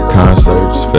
concerts